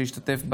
חברות הכנסת,